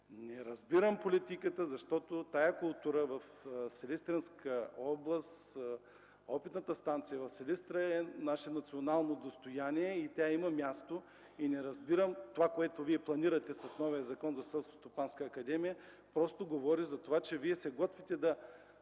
Не разбирам политиката Ви. Тази култура е в Силистренска област, Опитната станция в Силистра е наше национално достояние и тя има своето място. Това, което планирате с новия Закон за Селскостопанска академия говори за това, че Вие се готвите да